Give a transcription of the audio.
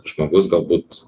žmogus galbūt